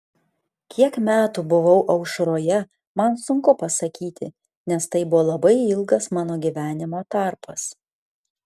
kiek metų buvau aušroje man sunku pasakyti nes tai buvo labai ilgas mano gyvenimo tarpas